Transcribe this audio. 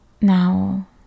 Now